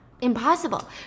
Impossible